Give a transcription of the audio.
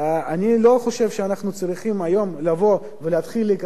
אני לא חושב שאנחנו צריכים היום לבוא ולהתחיל להיכנס